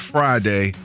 Friday